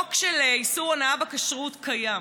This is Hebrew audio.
החוק של איסור הונאה בכשרות קיים,